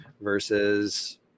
versus